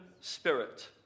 spirit